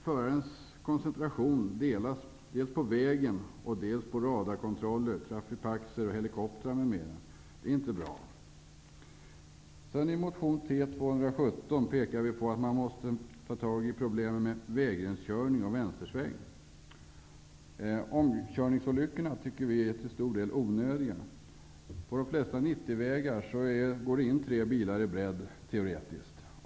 Förarens koncentration delas mellan vägen och radarkontroller, trafipaxer, helikoptrar m.m. Det är inte bra. I motion T217 pekar jag tillsammans med partikamrater på att man måste ta tag i problemen med vägrenskörning och vänstersväng. Omkörningsolyckorna tycker vi till stor del är onödiga. På de flesta 90-vägar går det in tre bilar i bredd, teoretiskt.